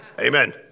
Amen